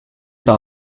par